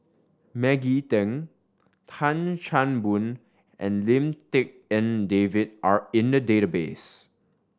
Maggie Teng Tan Chan Boon and Lim Tik En David are in the database